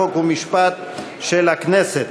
חוק ומשפט של הכנסת.